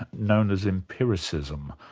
and known as empiricism.